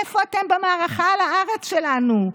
איפה אתם במערכה על הארץ שלנו?